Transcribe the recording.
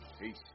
Peace